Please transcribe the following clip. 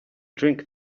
drink